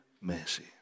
mercy